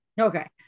Okay